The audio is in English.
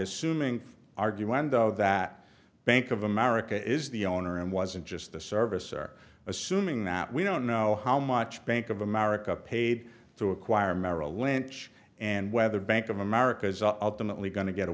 assuming argue end of that bank of america is the owner and wasn't just the service are assuming that we don't know how much bank of america paid to acquire merrill lynch and whether bank of america's ultimately going to get a